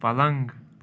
پلنٛگ